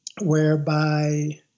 whereby